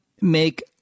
make